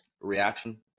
reaction